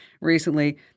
recently